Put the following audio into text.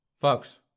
Folks